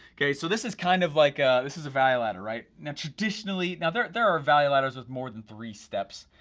kay, so this is kind of like a, this is a value ladder, right? now traditionally, now there there are value ladders with more than three steps,